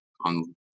on